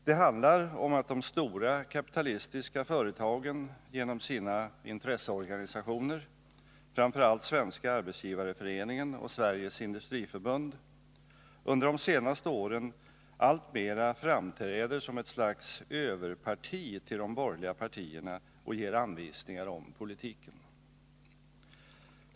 Det handlar också om att de stora kapitalistiska företagen genom sina intresseorganisationer — framför allt Svenska arbetsgivareföreningen och Sveriges Industriförbund — under de senaste åren alltmera framträder som ett slags överparti till de borgerliga partierna och ger anvisningar om politiken.